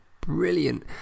brilliant